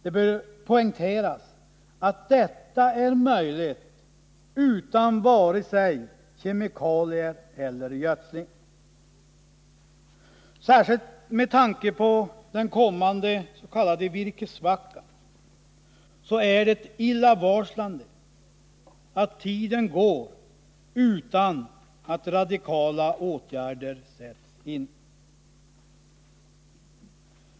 Det bör poängteras att detta är möjligt utan vare sig kemikalier eller gödsling. Särskilt med tanke på den kommande s.k. virkessvackan är det illavarslande att tiden går utan att radikala åtgärder sätts in.